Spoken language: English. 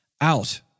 out